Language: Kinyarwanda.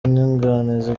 inyunganizi